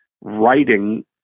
writing